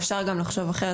אפשר גם לחשוב אחרת.